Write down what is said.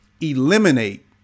eliminate